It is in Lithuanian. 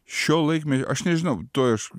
šio laikme aš nežinau tuoj aš